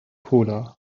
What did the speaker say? cola